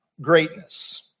greatness